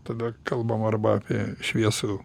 tada kalbam arba apie šviesų